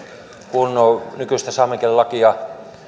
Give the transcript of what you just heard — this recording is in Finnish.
kun nykyistä saamen kielen lakia